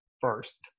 first